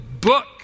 book